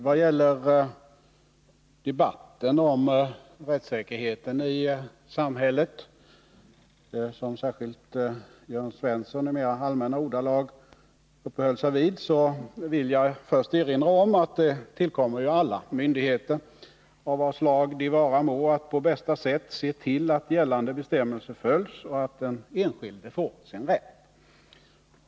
Vad gäller debatten om rättssäkerheten i samhället, som särskilt Jörn Svensson i mera allmänna ordalag uppehöll sig vid, vill jag först erinra om att det tillkommer alla myndigheter av vad slag de vara må att på bästa sätt se till att gällande bestämmelser följs och att den enskilde får sin rätt.